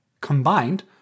Combined